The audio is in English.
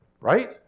Right